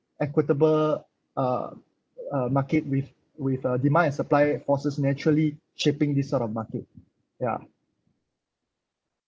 equitable uh uh market with with a demand and supply forces naturally shaping this sort of market ya